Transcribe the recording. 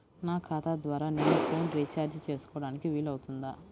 నా ఖాతా ద్వారా నేను ఫోన్ రీఛార్జ్ చేసుకోవడానికి వీలు అవుతుందా?